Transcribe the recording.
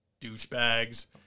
douchebags